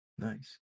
Nice